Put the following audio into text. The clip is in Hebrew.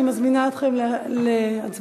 אני מזמינה אתכם להצבעה.